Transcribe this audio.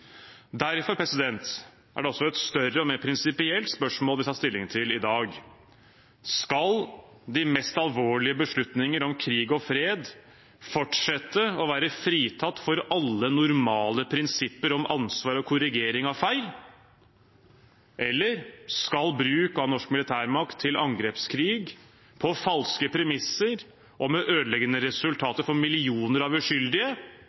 Derfor er det også et større og mer prinsipielt spørsmål vi skal ta stilling til i dag. Skal de mest alvorlige beslutninger om krig og fred fortsette å være fritatt for alle normale prinsipper om ansvar og korrigering av feil, eller skal bruk av norsk militærmakt til angrepskrig på falske premisser og med ødeleggende resultater for millioner av uskyldige